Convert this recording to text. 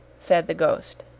said the ghost.